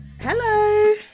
Hello